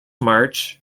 march